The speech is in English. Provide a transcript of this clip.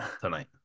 tonight